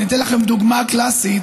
אני אתן לכם דוגמה קלאסית: